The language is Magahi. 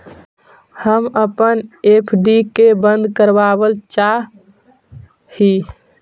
हम अपन एफ.डी के बंद करावल चाह ही